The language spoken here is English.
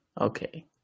Okay